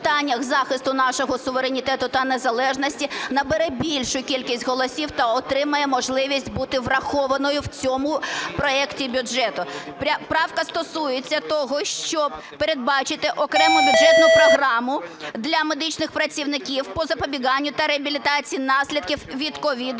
у питаннях захисту нашого суверенітету та незалежності, набере більшу кількість голосів та отримає можливість бути врахованою в цьому проекті бюджету. Правка стосується того, щоб передбачити окрему бюджетну програму для медичних працівників по запобіганню та реабілітації наслідків від COVID